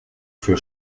für